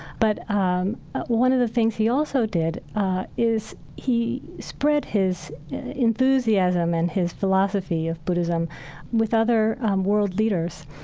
but um one of the things he also did is he spread his enthusiasm and his philosophy of buddhism with other world leaders.